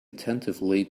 attentively